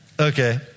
Okay